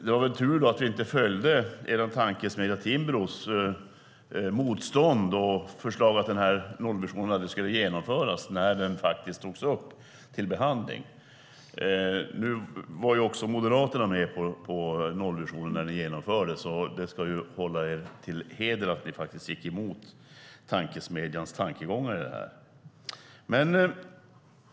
Det var väl tur att vi inte följde er tankesmedja Timbros motstånd och förslag att nollvisionen aldrig skulle genomföras när den togs upp till behandling. Moderaterna var med på nollvisionen när den genomfördes, och till er heder ska sägas att ni gick emot tankesmedjans tankegångar i detta.